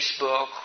Facebook